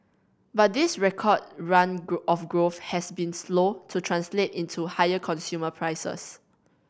but this record run of growth has been slow to translate into higher consumer prices